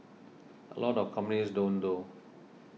a lot of companies don't though